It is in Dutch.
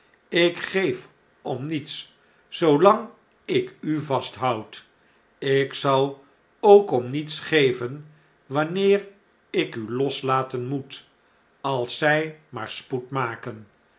ik geef om niets zoolang ik u vasthoud ik zal ook om niets geven wanueer ik u loslaten moet als zij maar spoed maken